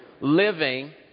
living